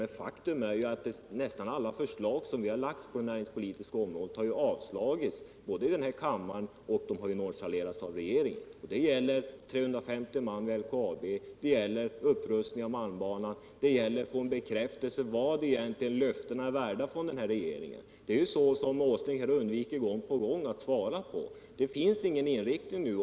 Men faktum är ju att alla förslag vi socialdemokrater har framlagt på det näringspolitiska området har avslagits av denna kammare och nonchalerats av regeringen. Det gäller 350 man vid LKAB. Det gäller upprustning av Malmbanan. Vi måste få en bekräftelse av vad löftena från regeringen egentligen är värda. Nils Åsling undviker gång på gång att svara på frågor om det — det finns alltså ingen inriktning nu.